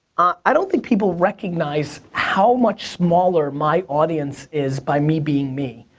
i don't think people recognize how much smaller my audience is by me being me.